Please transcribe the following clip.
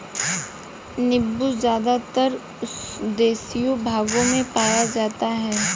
नीबू ज़्यादातर उष्णदेशीय भागों में पाया जाता है